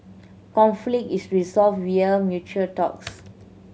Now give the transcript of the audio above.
conflict is resolved via mature talks